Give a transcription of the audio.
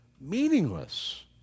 Meaningless